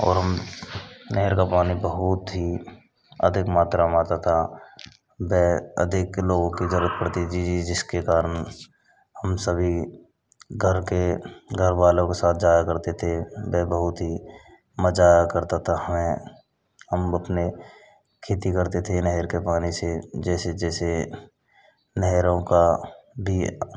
और हम नहरों का पानी बहुत ही अधिक मात्रा में आता था द अधिक लोगों की जरूरत पड़ती थी जिसके कारण हम सभी घर के घरवालों के साथ जाया करते थे मैं बहुत ही मज़ा आया करता था हमें हम अपने खेती करते थे नहर के पानी से जैसे जैसे नहरों का भी